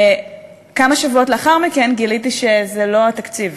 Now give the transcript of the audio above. וכמה שבועות לאחר מכן גיליתי שזה לא התקציב,